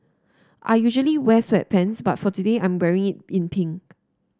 I usually wear sweatpants but for today I'm wearing it in pink